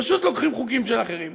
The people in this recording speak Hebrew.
פשוט לוקחים חוקים של אחרים,